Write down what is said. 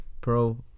pro